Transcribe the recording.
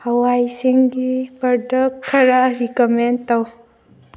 ꯍꯋꯥꯏꯁꯤꯡꯒꯤ product ꯈꯔ recommend ꯇꯧ